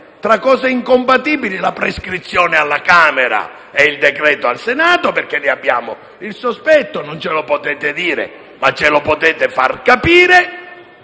tra cose incompatibili (la prescrizione alla Camera e il decreto-legge al Senato) perché ne abbiamo il sospetto: non ce lo potete dire, ma ce lo potete far capire,